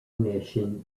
mission